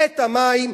את המים,